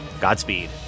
godspeed